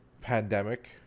pandemic